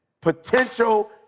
Potential